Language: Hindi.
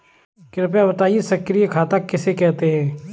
कृपया बताएँ सक्रिय खाता किसे कहते हैं?